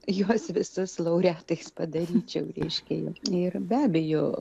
juos visus laureatais padaryčiau reiškia ir be abejo